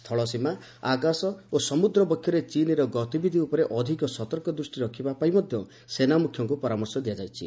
ସ୍ଥଳସୀମା ଆକାଶ ଓ ସମୁଦ୍ର ବକ୍ଷରେ ଚୀନର ଗତିବିଧି ଉପରେ ଅଧିକ ସତର୍କ ଦୃଷ୍ଟି ରଖିବା ପାଇଁ ମଧ୍ୟ ସେନାମୁଖ୍ୟଙ୍କୁ ପରାମର୍ଶ ଦିଆଯାଇଛି